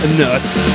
nuts